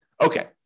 Okay